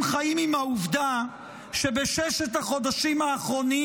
חיים עם העובדה שבששת החודשים האחרונים,